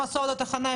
הם עשו את ההכנה,